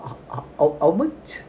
o~ o~ h~ how much